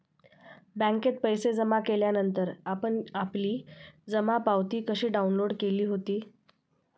बँकेत पैसे जमा केल्यानंतर आपण आपली जमा पावती कशी डाउनलोड केली होती?